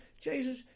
Jesus